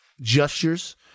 gestures